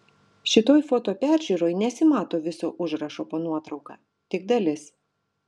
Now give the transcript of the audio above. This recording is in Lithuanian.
šitoj foto peržiūroj nesimato viso užrašo po nuotrauka tik dalis